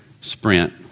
sprint